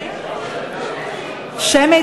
שמית?